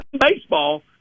baseball